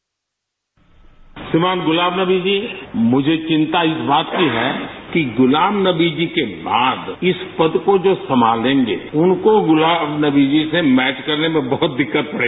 bite सुना है गुलाम नबी जी मुझे चिंता इस बात की है कि गुलाब नबी जी के बाद इस पद को जो संभालेंगे उनको गुलाम नबी जी से मैच करने में बहुत दिक्कत रहेगी